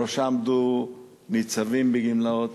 בראשה עמדו ניצבים בגמלאות.